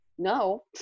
no